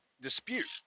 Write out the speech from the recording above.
dispute